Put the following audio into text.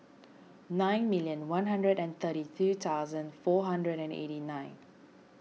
nine million one hundred and thirty two thousand four hundred and eighty nine